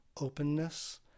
openness